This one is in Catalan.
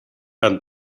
han